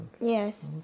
Yes